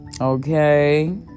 Okay